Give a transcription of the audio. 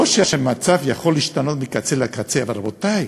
לא שהמצב יכול להשתנות מקצה לקצה, אבל, רבותי,